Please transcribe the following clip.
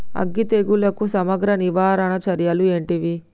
అగ్గి తెగులుకు సమగ్ర నివారణ చర్యలు ఏంటివి?